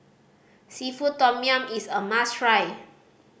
seafood tom yum is a must try